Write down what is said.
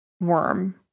worm